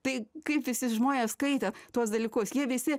tai kaip taisi žmonės skaitė tuos dalykus jie visi